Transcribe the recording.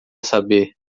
saber